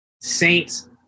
Saints